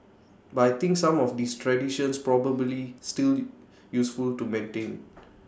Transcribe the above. but I think some of these traditions probably still useful to maintain